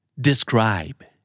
Describe